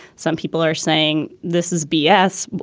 some people are saying this is b s.